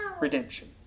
redemption